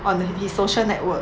on his social network